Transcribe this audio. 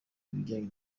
ibijyanye